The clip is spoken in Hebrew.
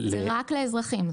זה רק לאזרחים.